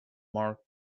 mark